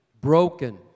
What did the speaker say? broken